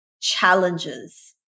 challenges